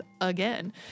again